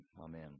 Amen